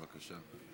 בבקשה,